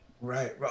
Right